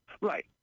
Right